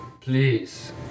please